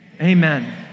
Amen